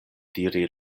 diri